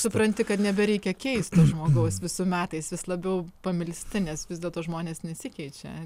supranti kad nebereikia keist to žmogaus vis su metais vis labiau pamilsti nes vis dėl to žmonės nesikeičia